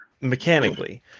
mechanically